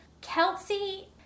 Kelsey